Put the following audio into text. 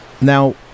now